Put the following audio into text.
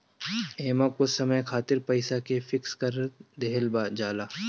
एमे कुछ समय खातिर पईसा के फिक्स कर देहल जाला